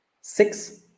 six